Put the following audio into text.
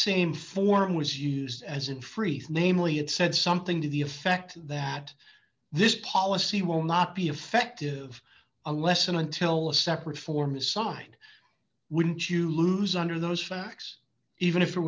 same form was used as in friess namely it said something to the effect that this policy will not be effective unless and until a separate form signed wouldn't you lose under those facts even if it